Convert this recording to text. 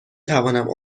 توانم